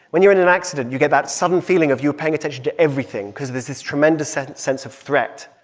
when you're in an accident, you get that sudden feeling of you paying attention to everything because there's this tremendous sense sense of threat.